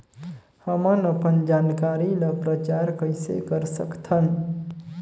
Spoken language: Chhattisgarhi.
हमन अपन जानकारी ल प्रचार कइसे कर सकथन?